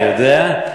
אני יודע,